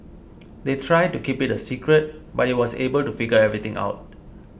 they tried to keep it a secret but he was able to figure everything out